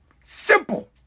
Simple